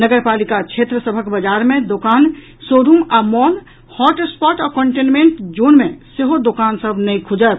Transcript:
नगर पालिका क्षेत्र सभक बजार मे दोकान शो रूम आ मॉल हॉटस्पॉट आ कन्टेनमेंट जोन मे सेहो दोकान सभ नहि खुजत